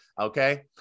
Okay